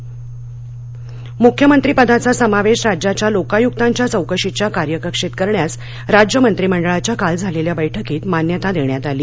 मंत्रीमंडळ निर्णय मुख्यमंत्रीपदाचा समावेश राज्याच्या लोकायुकांच्या चौकशीच्या कार्यकक्षेत करण्यास राज्य मंत्रिमंडळाच्या काल झालेल्या बैठकीत मान्यता देण्यात आली